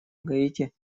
гаити